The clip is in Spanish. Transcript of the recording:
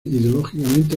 ideológicamente